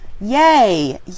Yay